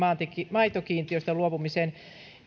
maitokiintiöistä luopumisen